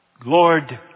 Lord